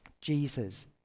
Jesus